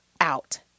out